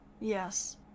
yes